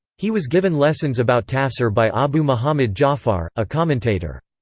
he was given lessons about tafsir by abu muhammad ja'far, a commentator.